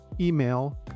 email